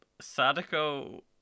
Sadako